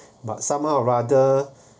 but somehow rather